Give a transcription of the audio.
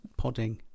podding